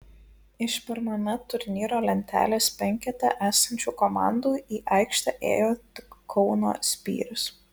iš pirmame turnyro lentelės penkete esančių komandų į aikštę ėjo tik kauno spyris